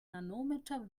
nanometer